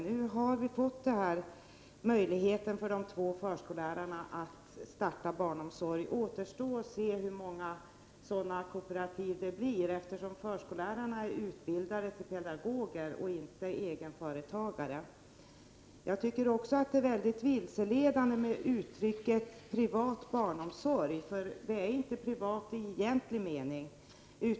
Nu har det blivit möjligt för de två förskollärarna att starta barnomsorg. Det återstår att se hur många sådana kooperativ som skapas. Förskollärarna är utbildade till pedagoger och inte till egenföretagare. Jag tycker också att det är vilseledande med uttrycket privat barnomsorg. Den är ju inte privat i egentlig mening.